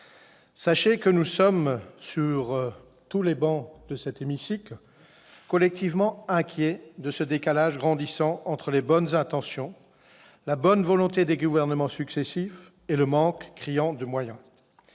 Sachez que nous sommes, sur toutes les travées de cet hémicycle, collectivement inquiets de ce décalage grandissant entre les bonnes intentions, la bonne volonté des gouvernements successifs, et le manque criant de moyens.